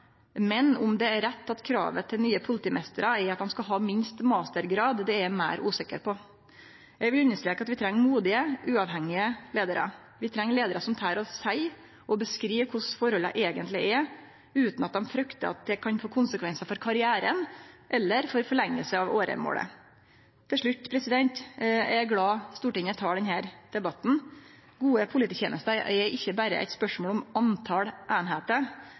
men om det er rett at kravet til nye politimeistrar at dei skal ha minst mastergrad, er eg meir usikker på. Eg vil understreke at vi treng modige, uavhengige leiarar. Vi treng leiarar som tør å seie ifrå og beskrive korleis forholda eigentleg er – utan at dei fryktar at det kan få konesekvensar for karrieren eller for forlenginga av åremålet. Til slutt: Eg er glad for at Stortinget tek denne debatten. Gode polititenester er ikkje berre eit spørsmål om